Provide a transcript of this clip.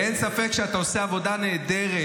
-- ואין ספק שאתה עושה עבודה נהדרת.